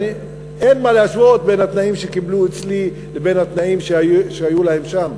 אין מה להשוות בין התנאים שקיבלו אצלי לבין התנאים שהיו להם שם.